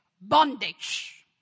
bondage